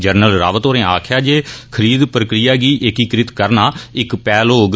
general Rawat होरें आक्खेया जे खरीद प्रक्रिया गी एकीकृत करना इक पैहल होग